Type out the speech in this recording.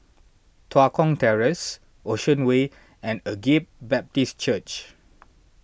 Tua Kong Terrace Ocean Way and Agape Baptist Church